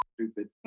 stupid